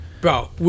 bro